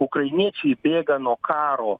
ukrainiečiai bėga nuo karo